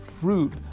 fruit